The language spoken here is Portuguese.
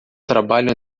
trabalho